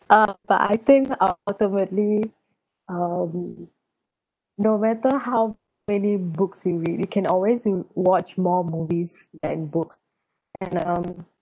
um but I think ultimately um no matter how many books you read it can always you watch more movies than books and um